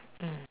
mm